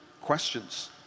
questions